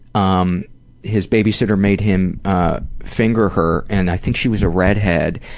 um his babysitter made him finger her, and i think she was a redhead,